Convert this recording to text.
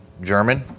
German